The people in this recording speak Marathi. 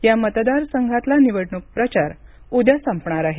या मतदारसंघातला निवडणूक प्रचार उद्या संपणार आहे